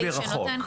לימודים מרחוק.